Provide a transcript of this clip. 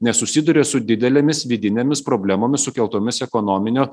nes susiduria su didelėmis vidinėmis problemomis sukeltomis ekonominio